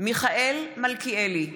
מיכאל מלכיאלי,